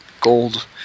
gold